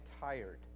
tired